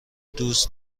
دوست